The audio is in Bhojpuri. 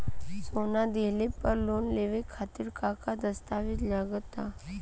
सोना दिहले पर लोन लेवे खातिर का का दस्तावेज लागा ता?